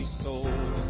soul